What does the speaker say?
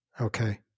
Okay